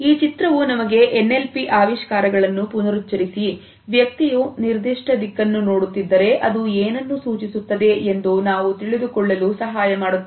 ಈ ಚಿತ್ರವು ನಮಗೆ ಎನ್ಎಲ್ಪಿ ಆವಿಷ್ಕಾರಗಳನ್ನು ಪುನರುಚ್ಚರಿಸಿ ವ್ಯಕ್ತಿಯು ನಿರ್ದಿಷ್ಟ ದಿಕ್ಕನ್ನು ನೋಡುತ್ತಿದ್ದರೆ ಅದು ಏನನ್ನು ಸೂಚಿಸುತ್ತದೆ ಎಂದು ನಾವು ತಿಳಿದುಕೊಳ್ಳಲು ಸಹಾಯ ಮಾಡುತ್ತದೆ